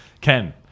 Ken